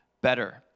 better